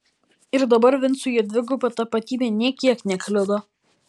ir dabar vincui jo dviguba tapatybė nė kiek nekliudo